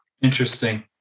Interesting